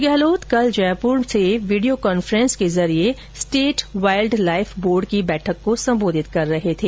श्री गहलोत कल जयपुर से video conference के माध्यम से स्टेट वाइल्ड लाइफ बोर्ड की बैठक को संबोधित कर रहे थे